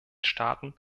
staaten